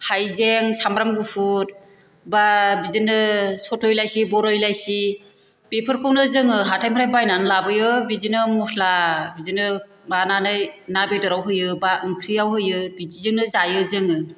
हाइजें सामब्राम गुफुर बा बिदिनो सथ' इलाइसि बर' इलाइसि बेफोरखौनो जोङो हाथाइनिफ्राय बायनानै लाबोयो बिदिनो मस्ला बिदिनो मानानै ना बेदराव होयो बा ओंख्रियाव होयो बिदिजोंनो जायो जोङो